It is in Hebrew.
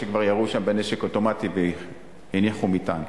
שכבר ירו שם בנשק אוטומטי והניחו מטען.